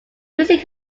music